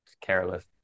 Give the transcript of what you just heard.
careless